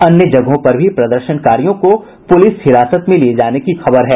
अन्य जगहों पर भी प्रदर्शनकारियों को पुलिस हिरासत में लिये जाने की खबर है